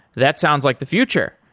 that sounds like the future,